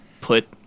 put